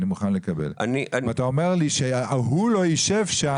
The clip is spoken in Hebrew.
אני מוכן לקבל אבל אתה אומר לי שההוא לא ישב שם.